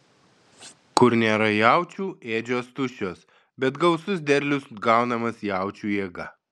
kur nėra jaučių ėdžios tuščios bet gausus derlius gaunamas jaučių jėga